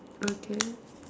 okay